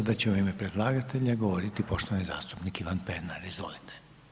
Sada će u ime predlagatelja govoriti poštovani zastupnik Ivan Pernar, izvolite.